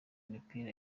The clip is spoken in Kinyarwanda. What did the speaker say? imipira